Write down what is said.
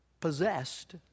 possessed